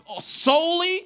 solely